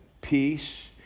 peace